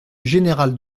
général